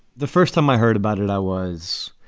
the first time i heard about it, i was